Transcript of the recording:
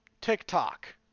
TikTok